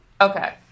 okay